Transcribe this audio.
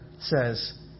says